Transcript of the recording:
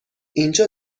اینجا